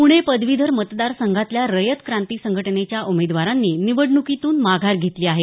प्णे पदवीधर मतदार संघातल्या रयत क्रांती संघटनेच्या उमेदवारांनी निवडणुकीतून माघार घेतली आहे